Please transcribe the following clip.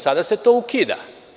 Sada se to ukida.